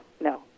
no